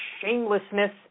shamelessness